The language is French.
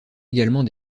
également